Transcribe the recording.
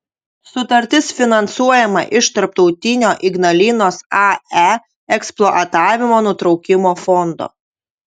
sutartis finansuojama iš tarptautinio ignalinos ae eksploatavimo nutraukimo fondo